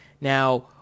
Now